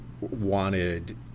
wanted